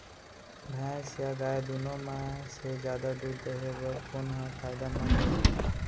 भैंस या गाय दुनो म से जादा दूध देहे बर कोन ह फायदामंद होही?